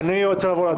אני רוצה לעבור להצבעה.